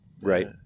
Right